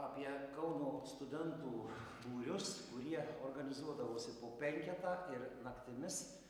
apie kauno studentų būrius kurie organizuodavosi po penketą ir naktimis